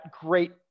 great